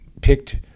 picked